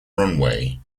runway